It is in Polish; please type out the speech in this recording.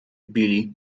billy